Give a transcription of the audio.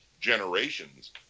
generations